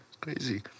Crazy